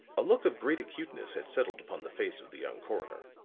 a look of great acuteness had settled upon the face of the young coroner.